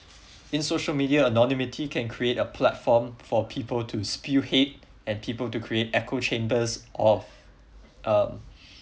in social media anonymity can create a platform for people to spill hate and people to create echo chambers of uh